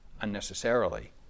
unnecessarily